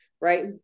right